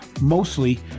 mostly